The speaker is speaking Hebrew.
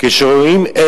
שוטרים,